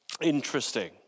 interesting